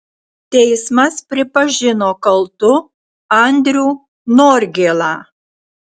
teismas pripažino kaltu andrių norgėlą